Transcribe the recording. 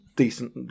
decent